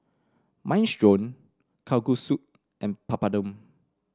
Minestrone Kalguksu and Papadum